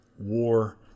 war